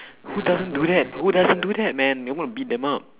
who doesn't do that who doesn't do that man I'm going to beat them up